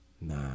Nah